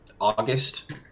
August